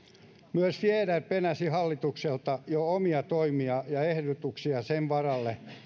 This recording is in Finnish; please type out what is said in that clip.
myös fjäder penäsi hallitukselta jo omia toimia ja ehdotuksia sen varalle